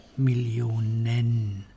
Millionen